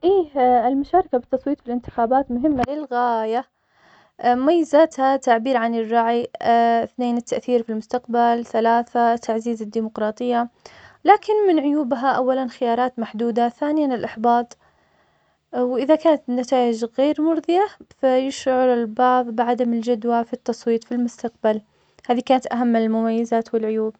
إيه, المشاركة في التصويت والإنتخابات مهمة للغاية, مميزاتها تعبير عن الرعي, اثنين, التأثير بالمستقبل, ثلاثة, تعزيز الديمقراطية, لكن من عيوبها, أولاً خيارات محدودة, ثانياً, الإحباط, وإذا كانت النتائج غير مرضية, فيشعر البعض بعدم الجدوى في التصويت في المستقبل, هذه كانت أهم المميزات والعيوب.